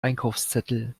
einkaufszettel